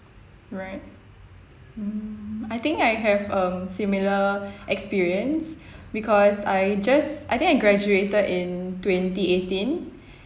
right mm I think I have a similar experience because I just I think I graduated in twenty eighteen